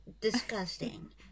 disgusting